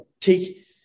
take